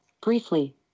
briefly